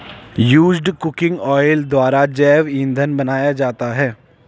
used cooking oil द्वारा जैव इंधन बनाया जाता है